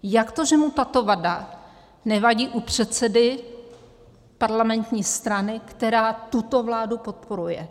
Jak to, že mu tato vada nevadí u předsedy parlamentní strany, která tuto vládu podporuje?